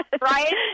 Right